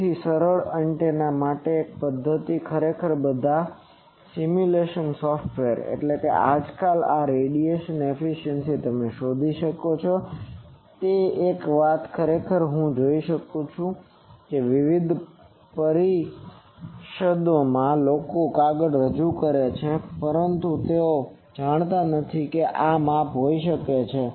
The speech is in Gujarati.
તેથી સરળ એન્ટેના માટે એક પદ્ધતિ ખરેખર બધા સિમ્યુલેશન સોફ્ટવેર આજકાલ આ રેડિયેશન એફિસિયન્સી તમે શોધી શકો છો તે એક વાત છે ખરેખર હું જોઈ શકું છું કે વિવિધ પરિષદોમાં લોકો કાગળ રજૂ કરે છે પરંતુ તેઓ જાણતા નથી કે આ માપ હોઈ શકે છે